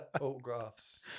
Autographs